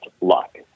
luck